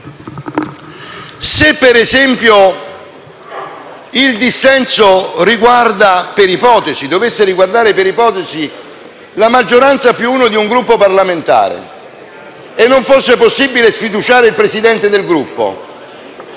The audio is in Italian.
Se, per ipotesi, il dissenso riguardasse la maggioranza più uno di un Gruppo parlamentare e non fosse possibile sfiduciare il Presidente del Gruppo,